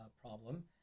problem